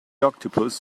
octopus